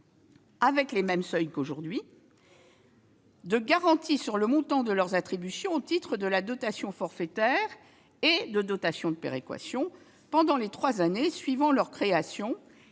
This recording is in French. avec les mêmes seuils qu'aujourd'hui, de garanties sur le montant de leurs attributions au titre de la dotation forfaitaire, ainsi que de dotations de péréquation, pendant les trois années suivant leur création.